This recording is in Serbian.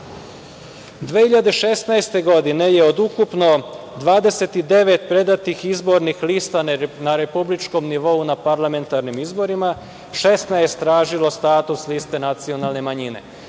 2016. je od ukupno 29 predatih izbornih lista na republičkom nivou na parlamentarnim izborima 16 tražilo status liste nacionalne manjine.